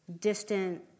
distant